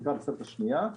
התוספת השנייה,